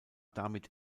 damit